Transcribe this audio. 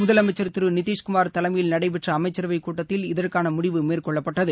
முதலமைச்சர் திரு நிதிஷ்குமார் தலைமையில் நடைபெற்ற அமைச்சரவைக் கூட்டத்தில் இதற்கான முடிவு மேற்கொள்ளப்பட்டது